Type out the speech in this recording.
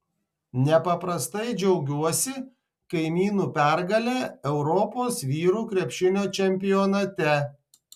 nepaprastai džiaugiuosi kaimynų pergale europos vyrų krepšinio čempionate